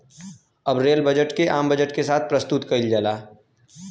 अब rail budget के आम बजट के साथ प्रसतुत कईल जाला